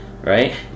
right